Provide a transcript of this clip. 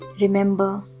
remember